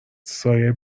سایه